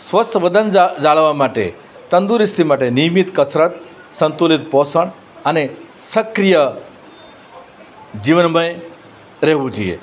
સ્વસ્થ વજન જા જાળવવા માટે તંદુરસ્તી માટે નિયમિત કસરત સંતુલિત પોષણ અને સક્રિય જીવનમય રહેવું જોઈએ